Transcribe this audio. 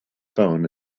phone